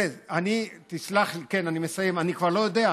חבר'ה, תסלח לי, אני מסיים, אני כבר לא יודע.